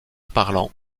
parlant